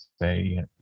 say